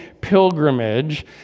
pilgrimage